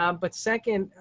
um but second,